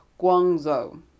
Guangzhou